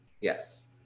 Yes